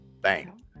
bang